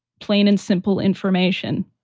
plain and simple information,